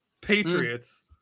Patriots